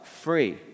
free